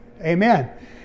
Amen